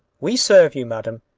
we serve you, madam,